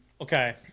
Okay